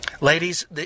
Ladies